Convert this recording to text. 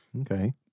Okay